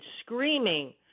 screaming